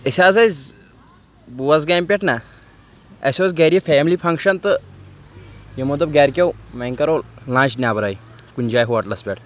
أسۍ حظ ٲسۍ بوز گامہِ پٮ۪ٹھ نا اَسہِ اوس گَرِ فیملی فنٛگشَن تہٕ یِمو دوٚپ گَرِکیو وۄنۍ کَرو لنٛچ نیٚبرَے کُنہِ جایہِ ہوٹلَس پٮ۪ٹھ